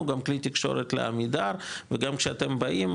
הוא גם כלי תקשורת לעמידר וגם כשאתם באים,